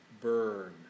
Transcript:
burn